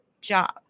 job